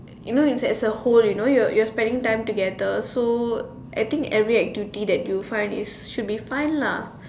you know it's as a whole you know you're you are spending time together so I think any activity that you find is should be fun lah